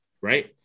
right